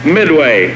Midway